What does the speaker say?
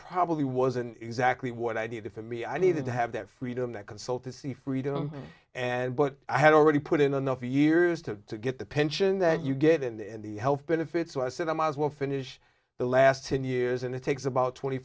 probably wasn't exactly what i need to fit me i needed to have that freedom that consultancy freedom and but i had already put in enough years to get the pension that you get and the health benefits so i said i might as well finish the last ten years and it takes about twenty